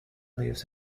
lives